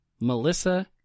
Melissa